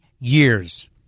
years